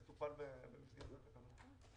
זה טופל במסגרת התקנות.